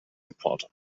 reporter